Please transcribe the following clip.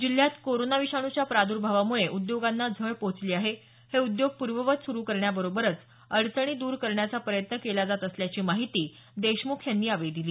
जिल्हयात कोरोना विषाणूच्या प्रार्द्भावामुळे उद्योगांना झळ पोहचली आहे हे उद्योग पूर्ववत सुरू करण्याबरोबरच अडचणी दूर करण्याचा प्रयत्न केला जात असल्याची माहिती पालकमंत्री देशमुख यांनी यावेळी दिली